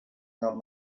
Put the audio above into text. not